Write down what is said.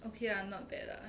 okay lah not bad lah